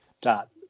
dot